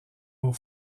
eau